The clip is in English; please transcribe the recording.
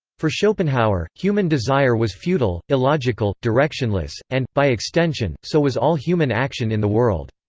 for schopenhauer, human desire was futile, illogical, directionless, and, by extension, so was all human action in the world.